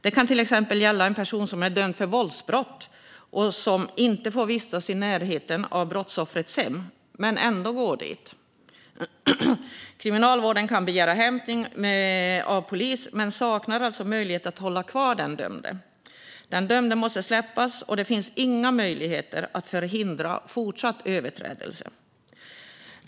Det kan till exempel gälla en person som är dömd för våldsbrott och inte får vistas i närheten av brottsoffrets hem men ändå går dit. Kriminalvården kan då begära hämtning av polis men saknar alltså möjlighet att hålla kvar den dömde. Den dömde måste släppas, och det finns inga möjligheter att förhindra fortsatt överträdelse.